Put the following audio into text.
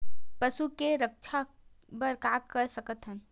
पशु के रक्षा बर का कर सकत हन?